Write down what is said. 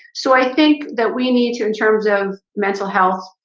so i think that we need to in terms of mental health.